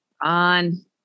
on